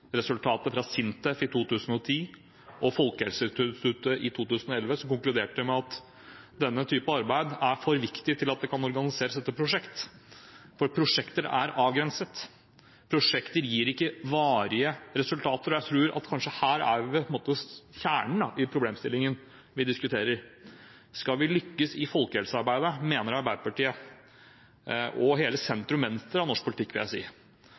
fra SINTEF i 2010 og Folkehelseinstituttet i 2011 konkluderte man med at denne typen arbeid er for viktig til at det kan organiseres som prosjekt. For prosjekter er avgrensede, og prosjekter gir ikke varige resultater. Jeg tror at her er vi kanskje ved kjernen i problemstillingen vi diskuterer. Skal vi lykkes i folkehelsearbeidet, mener Arbeiderpartiet – og hele sentrum–venstre av norsk politikk, vil jeg si